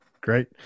great